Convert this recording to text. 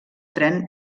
tren